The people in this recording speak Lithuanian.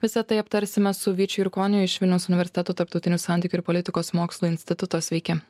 visa tai aptarsime su vyčiu jurkoniu iš vilniaus universiteto tarptautinių santykių ir politikos mokslų instituto sveiki